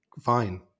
fine